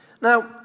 Now